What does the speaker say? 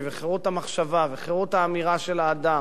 וחירות המחשבה וחירות האמירה של האדם,